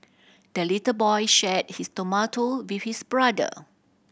the little boy shared his tomato with his brother